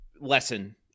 lesson